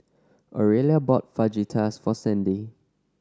Aurelia bought Fajitas for Sandy